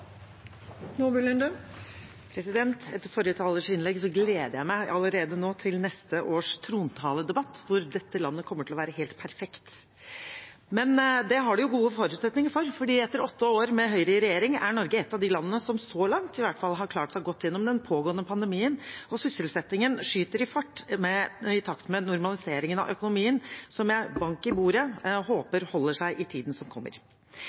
års trontaledebatt, hvor dette landet kommer til å være helt perfekt. Men det har de gode forutsetninger for, for etter åtte år med Høyre i regjering er Norge et av de landene som så langt, i hvert fall, har klart seg godt gjennom den pågående pandemien, og sysselsettingen skyter fart i takt med normaliseringen av økonomien, som jeg – bank i bordet – håper holder seg i tiden som kommer.